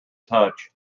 touch